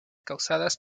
causadas